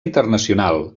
internacional